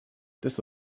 this